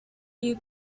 you